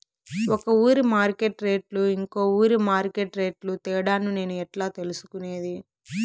ఒక ఊరి మార్కెట్ రేట్లు ఇంకో ఊరి మార్కెట్ రేట్లు తేడాను నేను ఎట్లా తెలుసుకునేది?